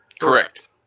Correct